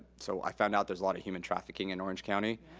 so i found out there's a lotta human trafficking in orange county.